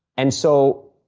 and so,